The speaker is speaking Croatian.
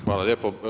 Hvala lijepo.